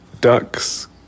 ducks